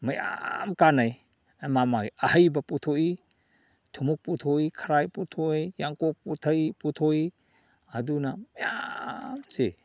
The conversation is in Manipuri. ꯃꯌꯥꯝ ꯀꯥꯟꯅꯩ ꯑꯃ ꯑꯃꯒꯤ ꯑꯍꯩꯕ ꯄꯨꯊꯣꯛꯏ ꯊꯨꯝꯃꯣꯛ ꯄꯨꯊꯣꯛꯏ ꯈꯔꯥꯏ ꯄꯨꯊꯣꯛꯏ ꯌꯥꯡꯀꯣꯛ ꯄꯨꯊꯣꯛꯏ ꯑꯗꯨꯅ ꯃꯌꯥꯝꯁꯦ